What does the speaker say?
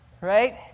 Right